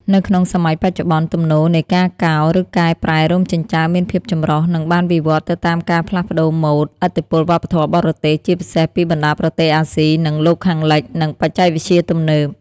នៅក្នុងសម័យបច្ចុប្បន្ន ទំនោរនៃការកោរ ឬកែប្រែរោមចិញ្ចើមមានភាពចម្រុះ និងបានវិវត្តន៍ទៅតាមការផ្លាស់ប្តូរម៉ូដ ឥទ្ធិពលវប្បធម៌បរទេស (ជាពិសេសពីបណ្តាប្រទេសអាស៊ី និងលោកខាងលិច) និងបច្ចេកវិទ្យាទំនើប។